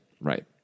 right